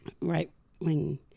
right-wing